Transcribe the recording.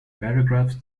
paragraphs